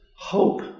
hope